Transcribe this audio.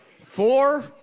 four